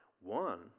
One